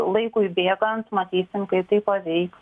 laikui bėgant matysim kaip tai paveiks